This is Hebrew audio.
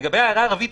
לגבי ההערה הרביעית,